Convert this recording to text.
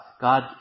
God